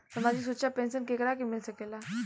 सामाजिक सुरक्षा पेंसन केकरा के मिल सकेला?